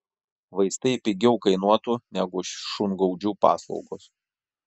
vaistai pigiau kainuotų negu šungaudžių paslaugos